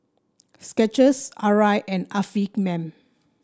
Skechers Arai and Afiq Man